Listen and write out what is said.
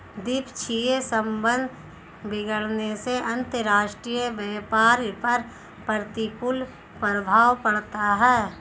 द्विपक्षीय संबंध बिगड़ने से अंतरराष्ट्रीय व्यापार पर प्रतिकूल प्रभाव पड़ता है